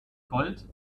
gold